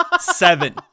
Seven